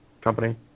company